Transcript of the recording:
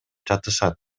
жатышат